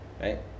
right